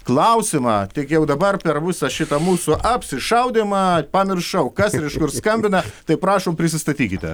klausimą tik jau dabar per visą šitą mūsų apsišaudymą pamiršau kas ir iš kur skambina tai prašom prisistatykite